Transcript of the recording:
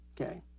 Okay